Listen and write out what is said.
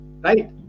Right